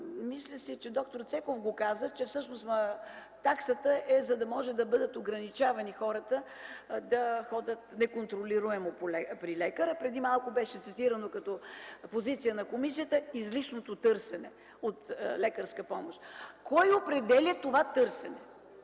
мисля, че д-р Цеков го каза, че всъщност таксата е, за да може да бъдат ограничавани хората да ходят неконтролируемо при лекар, а преди малко беше цитирано като позиция на комисията „излишното търсене на лекарска помощ”. Кой определя това търсене?